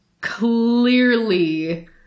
clearly